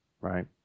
right